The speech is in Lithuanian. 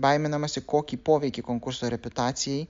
baiminamasi kokį poveikį konkurso reputacijai